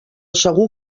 segur